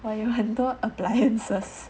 我有很多 appliances